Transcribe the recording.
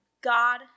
God